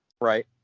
right